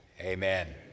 Amen